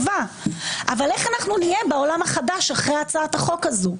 אבל איך אנחנו נהיה בעולם החדש אחרי הצעת החוק הזאת?